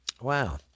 Wow